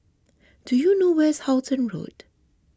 do you know where is Halton Road